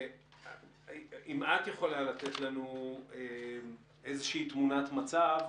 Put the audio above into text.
אם את יכולה לתת לנו איזו תמונת מצב,